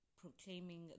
proclaiming